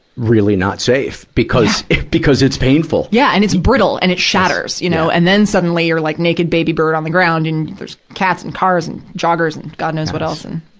really not safe, because, because it's painful. yeah. and it's brittle and it shatters. you know and then, suddenly, you're, like, naked baby bird on the ground. and there's cats and cars and joggers and god knows what else. yes.